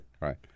right